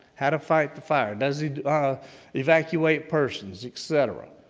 how to fight the fire. does he ah evacuate persons etcetera.